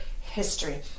history